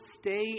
stay